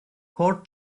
court